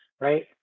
right